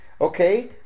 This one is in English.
okay